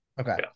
Okay